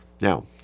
Now